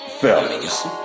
fellas